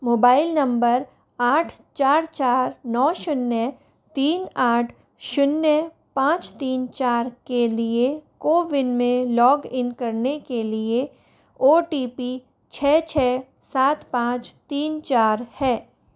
mobile number आठ चार चार नौ शून्य तीन आठ शून्य पाँच तीन चार के लिए कोविन में लॉग इन करने के लिए ओ टी पी छह छह सात पाँच तीन चार है